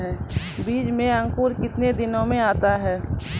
बीज मे अंकुरण कितने दिनों मे आता हैं?